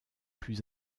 plus